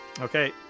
Okay